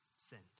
sinned